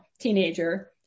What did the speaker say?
teenager